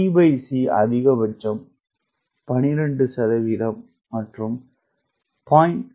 t c அதிகபட்சம் 12 மற்றும் 0